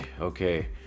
okay